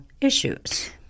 issues